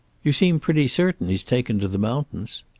you seem pretty certain he's taken to the mountains.